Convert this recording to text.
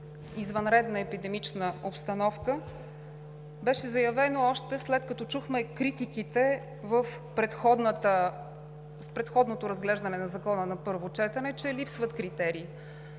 извънредна епидемична обстановка, беше заявено още след като чухме критиките в предходното разглеждане на Закона на първо четене, че липсват критерии.